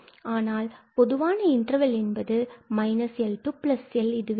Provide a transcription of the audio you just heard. ஆனால் பொதுவான இன்டர்வெல் என்பது LL இதுவே ஆகும்